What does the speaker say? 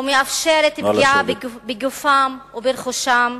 ומאפשרת פגיעה בגופם וברכושם.